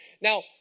Now